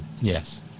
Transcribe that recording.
yes